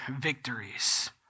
victories